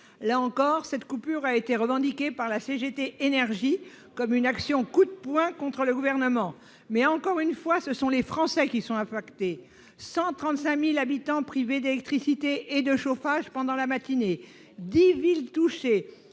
Là encore, cette coupure a été revendiquée par la CGT Énergie comme une action coup de poing contre le Gouvernement. Encore une fois, ce sont les Français qui sont affectés : 135 000 habitants privés d'électricité et de chauffage toute la matinée, dix villes touchées,